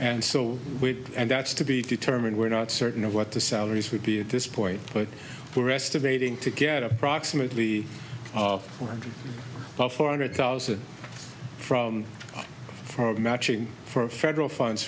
and so we and that's to be determined we're not certain of what the salaries would be at this point but we're estimating tick get approximately one hundred four hundred thousand from for matching for federal funds